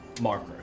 marker